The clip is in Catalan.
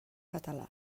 català